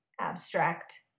abstract